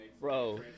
Bro